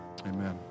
Amen